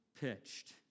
pitched